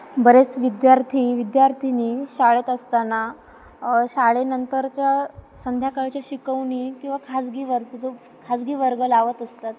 बरेच विद्यार्थी विद्यार्थिनी शाळेत असताना शाळेनंतरच्या संध्याकाळच्या शिकवणी किंवा खाजगी वर्ग खाजगी वर्ग लावत असतात